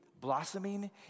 blossoming